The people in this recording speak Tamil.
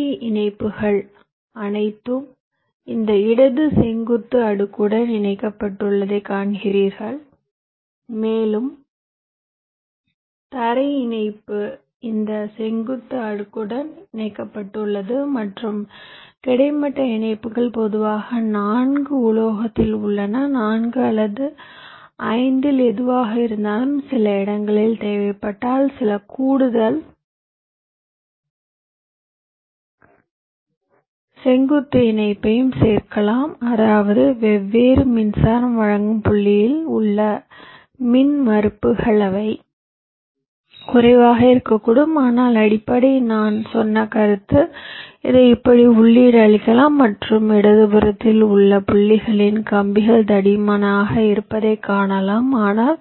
VDD இணைப்புகள் அனைத்தும் இந்த இடது செங்குத்து அடுக்குடன் இணைக்கப்பட்டுள்ளதை காண்கிறீர்கள் மேலும் தரை இணைப்பு இந்த செங்குத்து அடுக்குடன் இணைக்கப்பட்டுள்ளது மற்றும் கிடைமட்ட இணைப்புகள் பொதுவாக 4 உலோகத்தில் உள்ளன 4 அல்லது 5 இல் எதுவாக இருந்தாலும் சில இடங்களில் தேவைப்பட்டால் சில கூடுதல் செங்குத்து இணைப்பையும் சேர்க்கலாம் அதாவது வெவ்வேறு மின்சாரம் வழங்கும் புள்ளிகளில் உள்ள மின்மறுப்புகள் அவை குறைவாக இருக்கக்கூடும் ஆனால் அடிப்படை நான் சொன்ன கருத்து இதை இப்படி உள்ளீடு அளிக்கலாம் மற்றும் இடதுபுறத்தில் உள்ள புள்ளிகளில் கம்பிகள் தடிமனாக இருப்பதைக் காணலாம் ஆனால்